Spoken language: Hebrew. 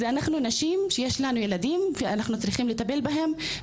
אנחנו נשים, יש לנו ילדים שצריכים לטפל בהם.